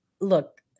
look